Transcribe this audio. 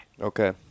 Okay